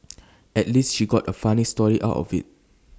at least she got A funny story out of IT